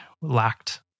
lacked